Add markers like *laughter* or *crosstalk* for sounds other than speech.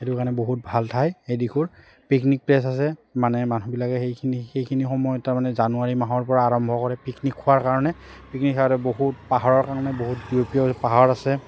সেইটো কাৰণে বহুত ভাল সেই দিশৰ পিকনিক প্লেচ আছে মানে মানুহবিলাকে সেইখিনি সেইখিনি সময় তাৰমানে জানুৱাৰী মাহৰপৰা আৰম্ভ কৰে পিকনিক খোৱাৰ কাৰণে পিকনিক খাবলৈ বহুত পাহাৰৰ কাৰণে বহুত *unintelligible* পাহাৰ আছে